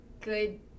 good